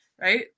right